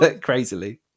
crazily